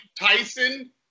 Tyson